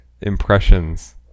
impressions